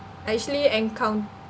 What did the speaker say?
I actually encount~